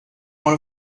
one